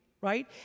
Right